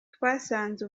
twasanze